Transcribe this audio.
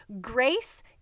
grace